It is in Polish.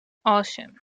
osiem